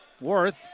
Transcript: Worth